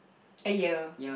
a year